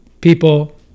people